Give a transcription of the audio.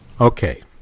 Okay